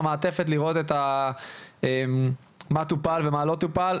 במעטפת לראות מה טופל ומה לא טופל.